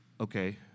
Okay